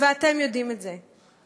ואתם יודעים את זה.